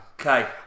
okay